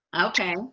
Okay